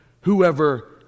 Whoever